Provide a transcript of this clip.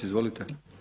Izvolite.